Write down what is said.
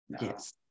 Yes